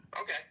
Okay